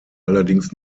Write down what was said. allerdings